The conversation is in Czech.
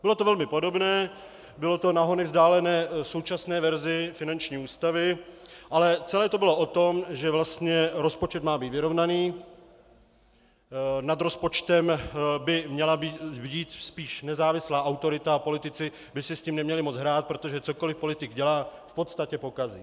Bylo to velmi podobné, bylo to na hony vzdálené současné verzi finanční ústavy, ale celé to bylo o tom, že vlastně rozpočet má být vyrovnaný, nad rozpočtem by měla bdít spíš nezávislá autorita a politici by si s tím neměli moc hrát, protože cokoliv politik dělá, v podstatě pokazí.